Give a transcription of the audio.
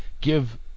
give